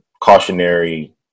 cautionary